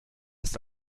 ist